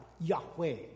Yahweh